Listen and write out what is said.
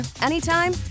anytime